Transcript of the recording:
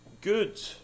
good